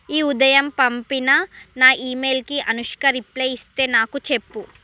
ఈ ఉదయం పంపిన నా ఈ మెయిల్కి అనుష్క రిప్లై ఇస్తే నాకు చెప్పు